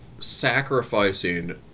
sacrificing